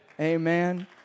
Amen